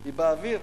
היא באוויר.